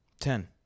Ten